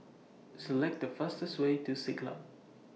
Select The fastest Way to Siglap